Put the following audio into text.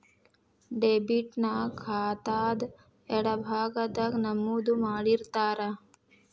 debit ನ ಖಾತಾದ್ ಎಡಭಾಗದಾಗ್ ನಮೂದು ಮಾಡಿರ್ತಾರ